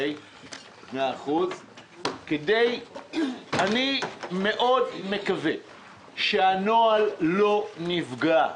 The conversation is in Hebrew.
אני מאוד מקווה שהנוהל לא נפגע.